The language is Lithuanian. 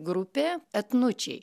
grupė etnučiai